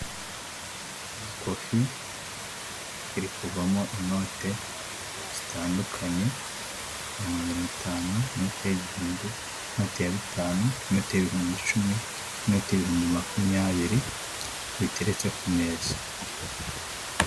Ikofi iri kuvamo inote zitandukanye, ni magana atanu, inote y'igihumbi, inote ya bitanu, inote y'ibihumbi icumi, inote y'ibihumbi makumyabiri biteretse ku meza.